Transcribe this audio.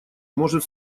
может